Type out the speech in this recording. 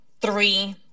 three